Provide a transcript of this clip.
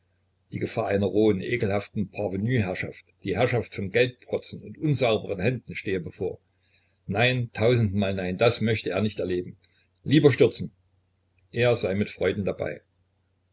die gefahr einer rohen ekelhaften parvenuherrschaft der herrschaft von geldprotzen und unsaubern händen stehe bevor nein tausendmal nein das möchte er nicht erleben lieber stürzen er sei mit freuden dabei